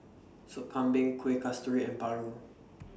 Sop Kambing Kueh Kasturi and Paru